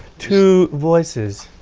two voices.